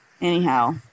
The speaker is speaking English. Anyhow